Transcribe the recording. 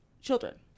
children